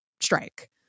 strike